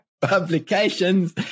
publications